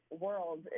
world